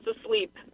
asleep